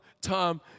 time